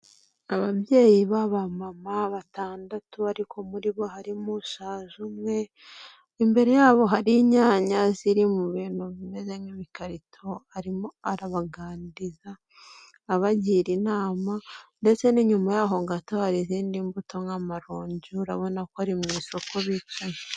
Ababyeyi b'abamama batandatu ariko muri bo harimo ushaje umwe, imbere yabo hari inyanya ziri mu bintu bimeze nk'imikarito arimo arabaganiriza abagira inama ndetse n'inyuma yaho gato hari izindi mbuto nk'amaronje, urabona ko ari mu isoko bicaye.